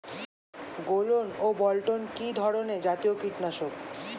গোলন ও বলটন কি ধরনে জাতীয় কীটনাশক?